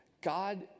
God